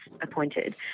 appointed